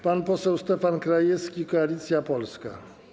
Pan poseł Stefan Krajewski, Koalicja Polska.